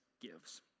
gives